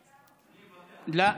(אומר בערבית: לא?